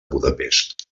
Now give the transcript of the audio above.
budapest